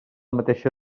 mateixa